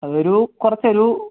അതൊരു കുറച്ചൊരു